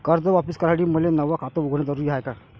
कर्ज वापिस करासाठी मले नव खात उघडन जरुरी हाय का?